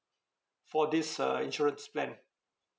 for this uh insurance plan